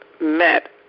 met